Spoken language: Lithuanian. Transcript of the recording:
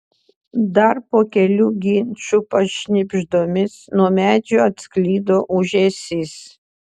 dar po kelių ginčų pašnibždomis nuo medžių atsklido ūžesys